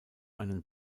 einen